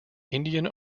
indian